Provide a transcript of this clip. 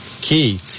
key